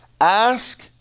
ask